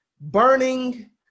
burning